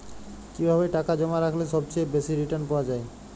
কিভাবে টাকা জমা রাখলে সবচেয়ে বেশি রির্টান পাওয়া য়ায়?